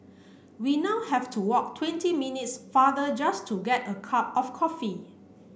we now have to walk twenty minutes farther just to get a cup of coffee